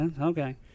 okay